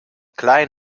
klein